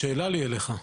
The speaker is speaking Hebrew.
שאלה לי אליך.